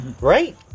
Right